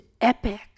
epic